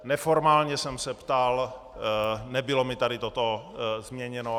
Neformálně jsem se ptal, nebylo mi tady toto změněno.